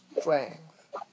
strength